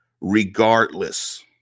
regardless